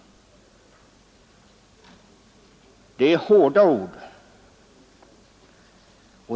Det är hårda ord.